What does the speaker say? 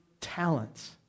talents